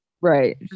Right